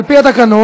על פי התקנון,